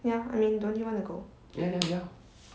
ya I mean don't you want to go